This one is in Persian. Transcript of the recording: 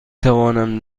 توانم